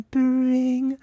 bring